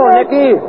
Nicky